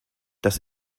das